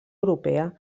europea